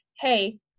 Hey